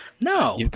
No